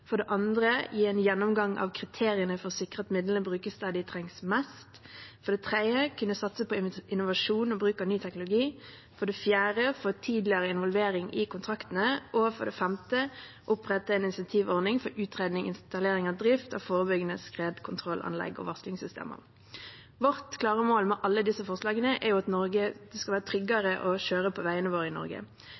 gir en gjennomgang av kriteriene for å sikre at midlene brukes der de trengs mest gjør at vi kan satse på innovasjon og bruk av ny teknologi gir tidligere involvering i kontraktene oppretter en incentivordning for utredning, installering og drift av forebyggende skredkontrollanlegg og varslingssystemer Vårt klare mål med alle disse forslagene er at det skal være tryggere å kjøre på veiene i Norge.